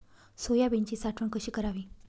सोयाबीनची साठवण कशी करावी?